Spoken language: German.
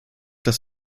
das